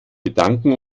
gedanken